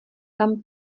tam